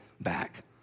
back